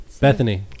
Bethany